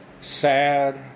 sad